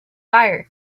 fire